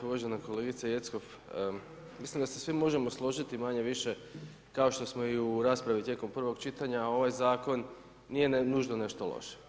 Uvažena kolegice Jeckov, mislim da se svi možemo složiti manje-više kao što smo i u raspravi tijekom prvog čitanja, ovaj zakon nije nužno nešto loše.